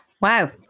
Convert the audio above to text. Wow